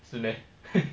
是 meh